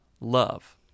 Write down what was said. love